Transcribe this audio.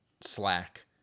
Slack